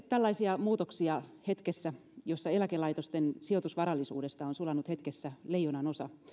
tällaisia muutoksia hetkessä jossa eläkelaitosten sijoitusvarallisuudesta on sulanut hetkessä leijonanosa